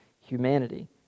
humanity